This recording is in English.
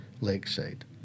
Lakeside